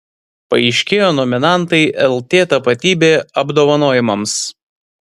paaiškėjo nominantai lt tapatybė apdovanojimams